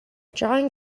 drawing